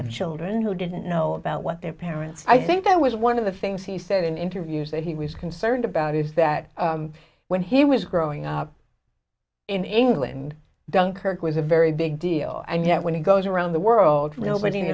in children who didn't know about what their parents i think that was one of the things he said in interviews that he was concerned about is that when he was growing up in england dunkirk was a very big deal and yet when it goes around the world